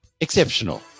exceptional